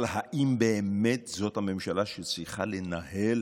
אבל האם זאת באמת הממשלה שצריכה לנהל